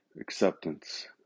acceptance